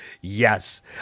Yes